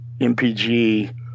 MPG